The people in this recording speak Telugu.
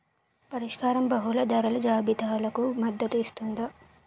పరిష్కారం బహుళ ధరల జాబితాలకు మద్దతు ఇస్తుందా?